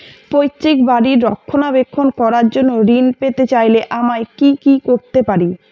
পৈত্রিক বাড়ির রক্ষণাবেক্ষণ করার জন্য ঋণ পেতে চাইলে আমায় কি কী করতে পারি?